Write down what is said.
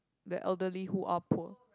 the elderly who are poor